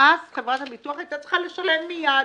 ואז חברת הביטוח היתה צריכה לשלם מייד.